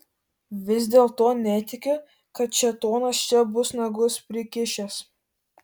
vis dėlto netikiu kad šėtonas čia bus nagus prikišęs